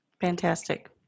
Fantastic